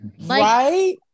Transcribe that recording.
Right